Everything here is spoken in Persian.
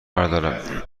بردارم